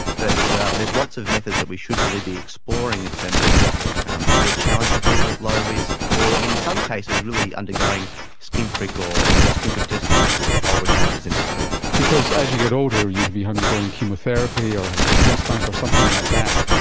but so there's lots of methods that we should really be exploring in terms of re-challenging people with low risk or, in some cases, really undergoing skin prick or skin prick testing or oral challenges in hospital. because as you get older you could be undergoing chemotherapy or having a transplant or something like that,